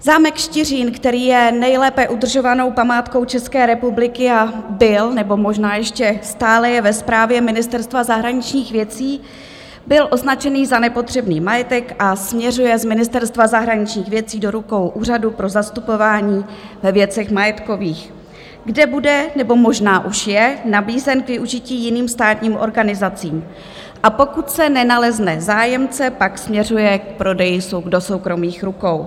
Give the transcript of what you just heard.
Zámek Štiřín, který je nejlépe udržovanou památkou České republiky a byl, nebo možná ještě stále je ve správě Ministerstva zahraničních věcí, byl označen za nepotřebný majetek a směřuje z Ministerstva zahraničních věcí do rukou Úřadu pro zastupování ve věcech majetkových, kde bude nebo možná už je nabízen k využití jiným státním organizacím, a pokud se nenalezne zájemce, pak směřuje k prodeji do soukromých rukou.